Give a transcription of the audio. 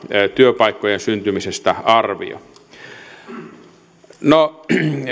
työpaikkojen syntymisestä arvio no